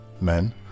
men